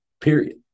period